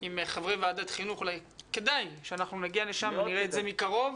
עם חברי ועדת חינוך אולי כדאי שאנחנו נגיע לשם ונראה את זה מקרוב,